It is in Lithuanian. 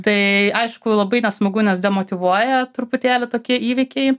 tai aišku labai nesmagu nes demotyvuoja truputėlį tokie įvykiai